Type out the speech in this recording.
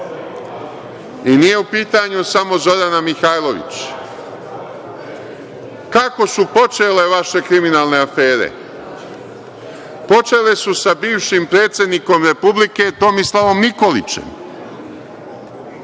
Nije u pitanju samo Zorana Mihajlović. Kako su počele vaše kriminalne afere? Počele su sa bivšim predsednikom Republike Tomislavom Nikolićem,